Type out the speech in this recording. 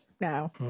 No